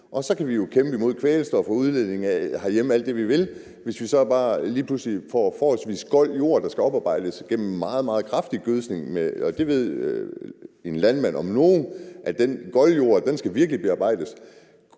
vi jo herhjemme kæmpe imod kvælstofudledningen alt det vi vil, hvis vi så bare lige pludselig får en forholdsvis gold jord, der skal oparbejdes igennem en meget, meget kraftig gødskning. Og der ved en landmand om nogen, at den goldjord virkelig skal bearbejdes.